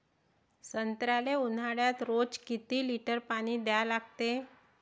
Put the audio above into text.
संत्र्याले ऊन्हाळ्यात रोज किती लीटर पानी द्या लागते?